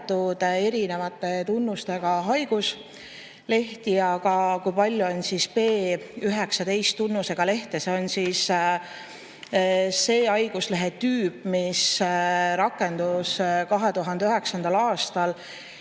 erinevate tunnustega haiguslehti ja ka, kui palju on P19-tunnusega lehti. See on siis haiguslehe tüüp, mis rakendus 2009. aastal: